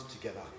together